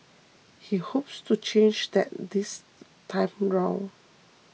he hopes to change that this time round